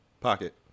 Pocket